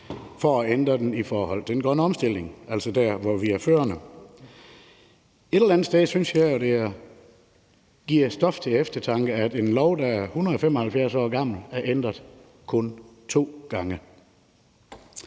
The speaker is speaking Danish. for at ændre nogle ting i forhold til den grønne omstilling, altså der, hvor vi er førende. Et eller andet sted synes jeg, det giver stof til eftertanke, at en lov, der er 175 år gammel, kun er ændret to gange.